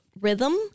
rhythm